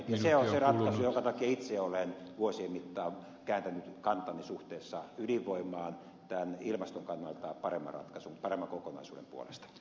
se on se ratkaisu jonka takia itse olen vuosien mittaan kääntänyt kantani suhteessa ydinvoimaan ratkaisu tämän ilmaston kannalta paremman kokonaisuuden puolesta